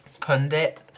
pundit